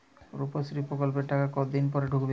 রুপশ্রী প্রকল্পের টাকা কতদিন পর ঢুকবে?